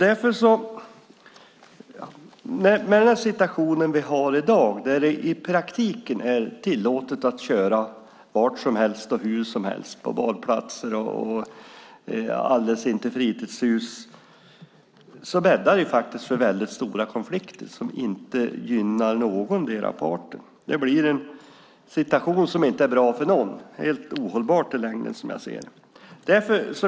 Den situation vi har i dag att det i praktiken är tillåtet att köra var som helst och hur som helst - på badplatser, alldeles intill fritidshus - bäddar för stora konflikter som inte gynnar någondera parten. Det blir en situation som inte är bra för någon och är helt ohållbar i längden, som jag ser det.